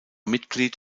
mitglied